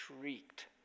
shrieked